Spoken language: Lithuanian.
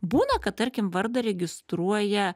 būna kad tarkim vardą registruoja